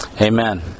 Amen